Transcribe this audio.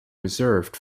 reserved